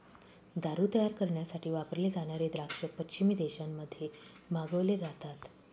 दारू तयार करण्यासाठी वापरले जाणारे द्राक्ष पश्चिमी देशांमध्ये मागवले जातात